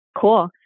Cool